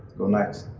go knights.